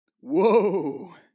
Whoa